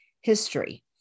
History